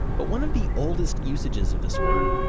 but one of the oldest usages of this word,